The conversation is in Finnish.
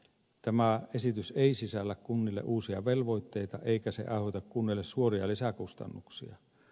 tämä esitys ei sisällä kunnille uusia velvoitteita eikä aiheuta kunnille suoria lisäkustannuksia